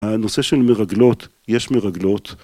הנושא של מרגלות, יש מרגלות.